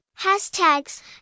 hashtags